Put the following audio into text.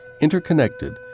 Interconnected